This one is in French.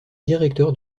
directeur